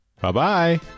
Bye-bye